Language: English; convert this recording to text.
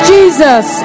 Jesus